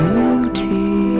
Beauty